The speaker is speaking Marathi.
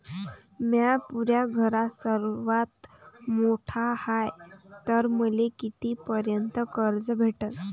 म्या पुऱ्या घरात सर्वांत मोठा हाय तर मले किती पर्यंत कर्ज भेटन?